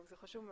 זה חשוב מאוד.